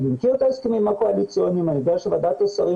אני מכיר את ההסכמים הקואליציוניים ואני יודע שוועדת השרים